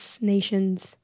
nations